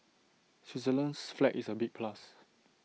Switzerland's flag is A big plus